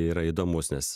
yra įdomus nes